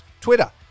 Twitter